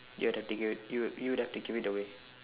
you'd have to give it you you'd have to give it away